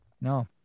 No